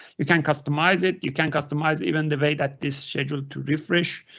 you can customize it. you can customize even the way that this schedule to refresh.